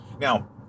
now